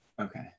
okay